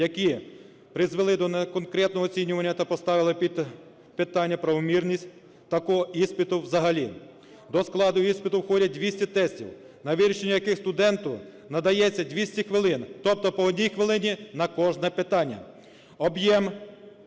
які призвели до неконкретного оцінювання та поставили під питання правомірність такого іспиту взагалі. До складу іспиту входять 200 тестів, на вирішення яких студенту надається 200 хвилин, тобто по одній хвилині на кожне питання.